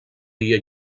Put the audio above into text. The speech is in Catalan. dia